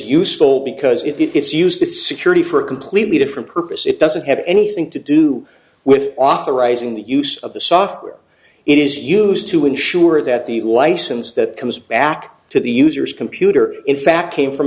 useful because if it's used in security for a completely different purpose it doesn't have anything to do with authorizing the use of the software it is used to ensure that the license that comes back to the user's computer in fact came from